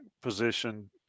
position